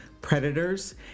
predators